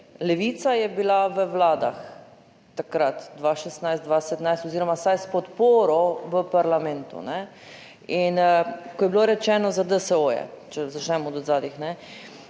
Levica je bila v vladah takrat 2016, 20 17 oziroma vsaj s podporo v parlamentu ne, in ko je bilo rečeno za DSO, če začnem od zadaj,